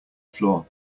floor